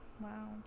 Wow